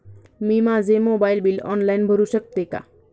मी माझे mobile bill online भरू शकते का?